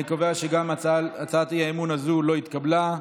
אני קובע שגם הצעת האי-אמון הזאת לא התקבלה,